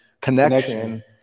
Connection